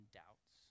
doubts